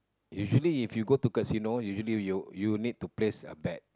usually if you go to casino usually you you need to place a bet